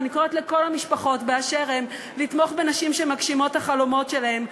אני קוראת לכל המשפחות באשר הן לתמוך בנשים שמגשימות את החלומות שלהן.